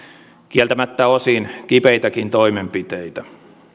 kieltämättä osin kipeitäkin toimenpiteitä